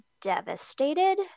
devastated